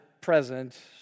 present